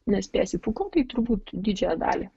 nespėsi fuko tai turbūt didžiąją dalį